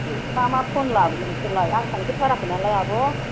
ए मा मा फन लाबोयो नोंसोरलाय आं थांफेरथाराखैनालाय आब'